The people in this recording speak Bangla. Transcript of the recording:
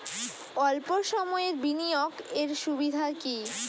অল্প সময়ের বিনিয়োগ এর সুবিধা কি?